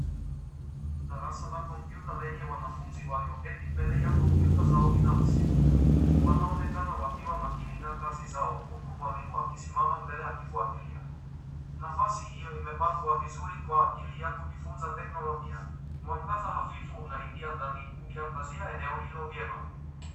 Darasa la kompyuta lenye wanafunzi walioketi mbele ya kompyuta zao binafsi wanaonekana wakiwa makini na kazi zao huku mwalimu akisimama mbele akifuatilia. Nafasi hiyo imepambwa vizuri kwa ajili ya kujifunza teknolojia. Mwangaza hafifu unaingia ndani ukiangazia eneo hilo vyema.